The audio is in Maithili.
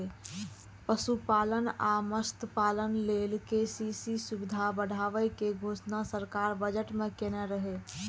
पशुपालन आ मत्स्यपालन लेल के.सी.सी सुविधा बढ़ाबै के घोषणा सरकार बजट मे केने रहै